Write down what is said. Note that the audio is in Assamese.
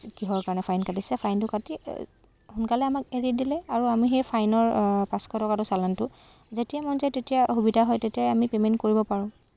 কিহৰ কাৰণে ফাইন কাটিছে ফাইনটো কাটি সোনকালে আমাক এৰি দিলে আৰু আমি সেই ফাইনৰ পাঁচশ টকাটো চালানটো যেতিয়া মন যায় তেতিয়া সুবিধা হয় তেতিয়াই আমি পে'মেণ্ট কৰিব পাৰোঁ